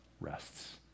rests